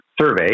survey